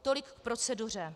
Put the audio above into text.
Tolik k proceduře.